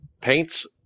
paints